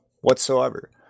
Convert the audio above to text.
whatsoever